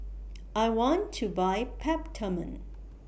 I want to Buy Peptamen